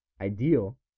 Ideal